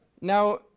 Now